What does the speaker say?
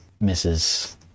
misses